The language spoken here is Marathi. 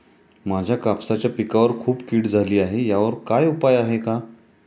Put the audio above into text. माझ्या कापसाच्या पिकावर खूप कीड झाली आहे यावर काय उपाय आहे का?